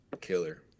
killer